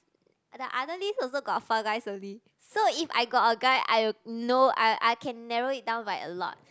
the other listen also got four guys only so if I got a guy I know I I can narrow it down by a lot